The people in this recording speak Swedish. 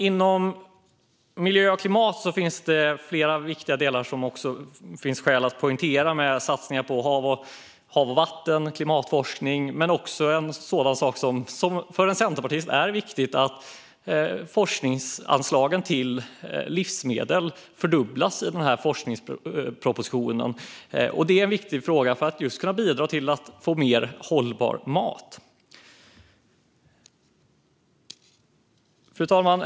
Inom miljö och klimat finns flera viktiga delar som det finns skäl att poängtera, såsom satsningar på hav och vatten och på klimatforskning, men också en sak som är viktig för en centerpartist, nämligen att forskningsanslagen för livsmedel fördubblas i forskningspropositionen. Det är en viktig fråga för att kunna bidra till att få mer hållbar mat. Fru talman!